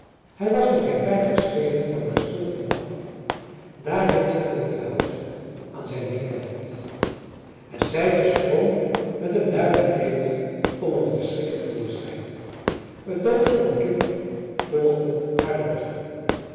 hij was nog een vijftig schreden van haar stulpjen af daar ritselde het hout aan zijn linkerhand en sijtje sprong met een luiden kreet om hem te verschrikken te voorschijn het doofstomme kind volgde haar langzaam